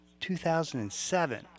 2007